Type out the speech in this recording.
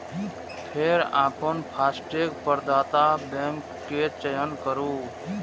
फेर अपन फास्टैग प्रदाता बैंक के चयन करू